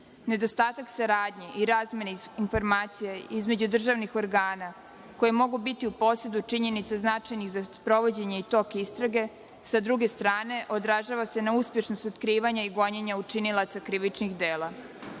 korupcije. Nedostatak saradnje i razmena informacija između državnih organa koje mogu biti u posedu činjenica značajnih za sprovođenje i tok istrage sa druge strane održava se na uspešnost otkrivanja i gonjenja počinioca krivičnih dela.